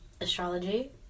astrology